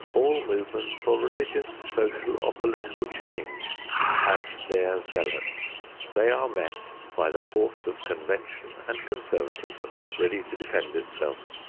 all movements for religious, social or political change have their zealots they are met by the force of convention and conservatism ready to defend itself,